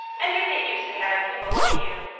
and you get used to havin' people look at you.